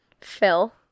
Phil